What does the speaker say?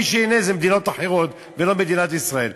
ומי שייהנה זה מדינות אחרות ולא מדינת ישראל.